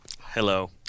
Hello